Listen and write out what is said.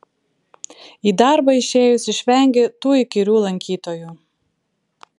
į darbą išėjus išvengi tų įkyrių lankytojų